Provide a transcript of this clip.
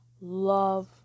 love